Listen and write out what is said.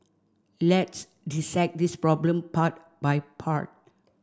let's dissect this problem part by part